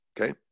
Okay